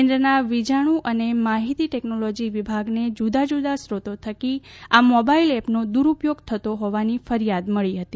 કેન્દ્રના વીજાણુ અને માહિતી ટેકનોલોજી વિભાગને જુદાં જુદાં સ્રોતો થકી આ મોબાઇલ એપનો દુરૂપયોગ થતો હોવાની ફરિયાદ મળી હતી